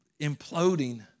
imploding